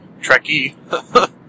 Trekkie